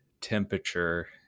temperature